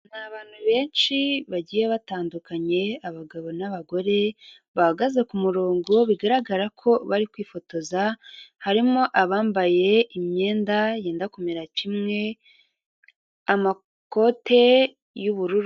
Hari abantu benshi bagiye batandukanye abagabo n'abagore bahagaze ku murongo bigaragara ko bari kwifotoza harimo abambaye imyenda yenda kumera kimwe amakote y'ubururu.